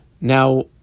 Now